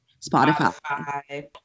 Spotify